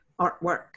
artwork